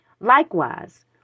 Likewise